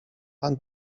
pan